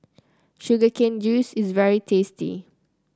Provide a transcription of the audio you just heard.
Sugar Cane Juice is very tasty